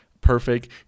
perfect